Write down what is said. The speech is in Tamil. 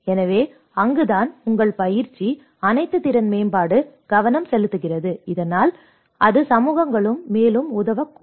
எனவே அங்குதான் உங்கள் பயிற்சி அனைத்து திறன் மேம்பாடும் கவனம் செலுத்துகிறது இதனால் அது சமூகங்களுக்கு மேலும் உதவக்கூடும்